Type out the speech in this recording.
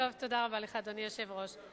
תודה רבה לך, אדוני היושב-ראש.